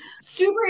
super